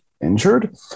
injured